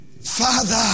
Father